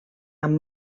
amb